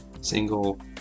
single